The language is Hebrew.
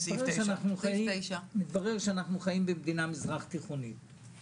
סעיף 9. מתברר שאנחנו חיים במדינה מזרח תיכונית,